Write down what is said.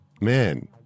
men